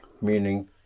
meaning